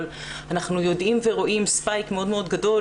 אבל אנחנו יודעים ורואים ספייק מאוד גדול